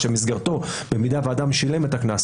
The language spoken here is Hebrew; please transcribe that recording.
אנחנו נבקש כמובן לתת לכל מי שיבקש